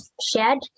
shared